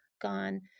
gone